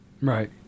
Right